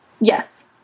Yes